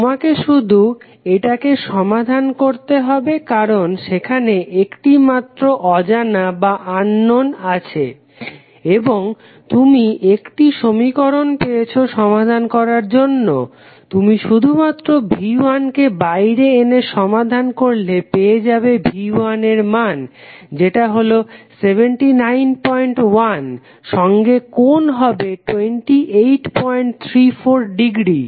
তোমাকে শুধু এটাকে সমাধান করতে হবে কারণ সেখানে একটি মাত্র অজানা আছে এবং তুমি একটি সমীকরণ পেয়েছো সমাধান করার জন্য তুমি শুধুমাত্র V1 কে বাইরে এনে সমাধান করলে পায়ে যাবে V1 এর মান যেটা হলো 791 সঙ্গে কোণ হবে 2834 ডিগ্রী